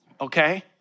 Okay